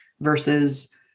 versus